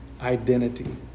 identity